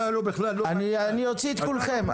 אתה בכלל --- אני אוציא את כולכם.